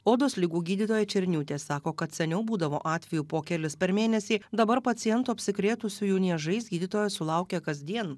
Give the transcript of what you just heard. odos ligų gydytoja černiūtė sako kad seniau būdavo atvejų po kelis per mėnesį dabar pacientų apsikrėtusiųjų niežais gydytoja sulaukia kasdien